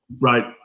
Right